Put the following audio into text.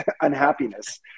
unhappiness